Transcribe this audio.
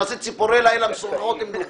נעשה ציפורי לילה משוחחות עם לוקמן.